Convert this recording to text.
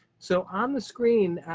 so on the screen,